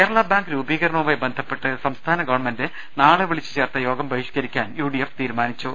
Kerala bank രൂപീകരണവുമായി ബന്ധപ്പെട്ട് സംസ്ഥാന ഗവൺമെന്റ് നാളെ വിളിച്ചുചേർത്ത യോഗം ബഹിഷ്ക്കരിക്കാൻ യുഡിഎഫ് തീരുമാനിച്ചു